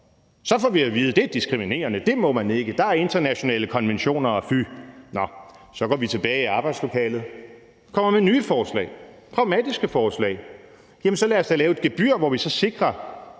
Så får vi at vide: Fy! Det er diskriminerende; det må man ikke; der er internationale konventioner. Nå, så går vi tilbage i arbejdslokalet og kommer med nye forslag, pragmatiske forslag: Jamen så lad os da lave et gebyr, hvor vi sikrer,